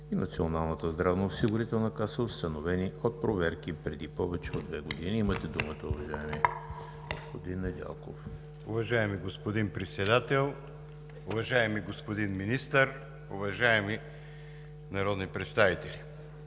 и Националната здравноосигурителна каса, установени от проверки преди повече от две години. Имате думата, уважаеми господин Недялков. МИЛКО НЕДЯЛКОВ (БСП за България): Уважаеми господин Председател, уважаеми господин Министър, уважаеми народни представители!